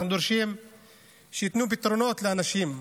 אנחנו דורשים שייתנו פתרונות לאנשים,